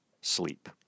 sleep